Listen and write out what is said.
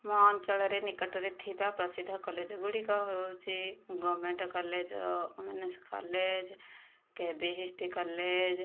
ମୋ ଅଞ୍ଚଳରେ ନିକଟରେ ଥିବା ପ୍ରସିଦ୍ଧ କଲେଜ୍ ଗୁଡ଼ିକ ହେଉଛି ଗଭର୍ଣ୍ଣମେଣ୍ଟ୍ କଲେଜ୍ ଓମେନ୍ସ କଲେଜ୍ କେବିହିଷ୍ଟି କଲେଜ୍